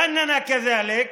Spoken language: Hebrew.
משוררי אבו מאזן, הכוונה אליך,